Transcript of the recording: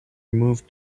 moved